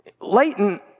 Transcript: Leighton